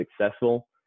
successful